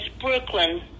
Brooklyn